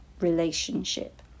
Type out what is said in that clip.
relationship